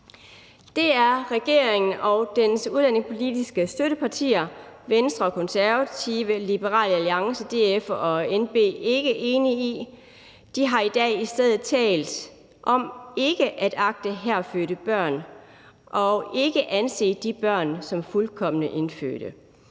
Det er regeringen og dens udlændingepolitiske støttepartier, Venstre, Konservative, Liberal Alliance, DF og NB, ikke enige i. De har i dag i stedet talt om ikke at agte herfødte børn og ikke at anse de børn som fuldkomne indfødte.